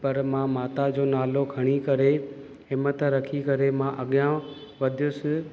पर मां माता जो नालो खणी करे हिमथ रखी करे मां अॻियां वधयुसि